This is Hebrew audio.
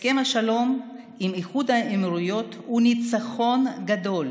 הסכם השלום עם איחוד האמירויות הוא ניצחון גדול,